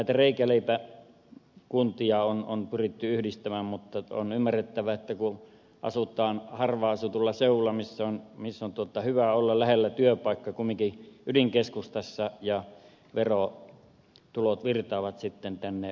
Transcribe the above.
näitä reikäleipäkuntia on pyritty yhdistämään mutta on ymmärrettävää että asutaan harvaanasutulla seudulla missä on hyvä olla lähellä työpaikka kumminkin ydinkeskustassa ja verotulot virtaavat sitten tänne laitamille